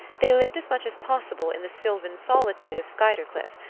they lived as much as possible in the sylvan solitude of skuytercliff,